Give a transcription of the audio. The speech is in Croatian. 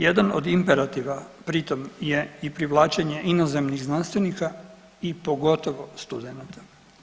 Jedan od imperativa pri tom je i privlačenje inozemnih znanstvenika i pogotovo studenata.